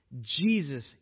Jesus